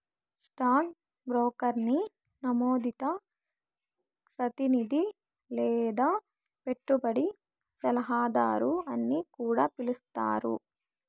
stock బ్రోకర్ని నమోదిత ప్రతినిది లేదా పెట్టుబడి సలహాదారు అని కూడా పిలిస్తారు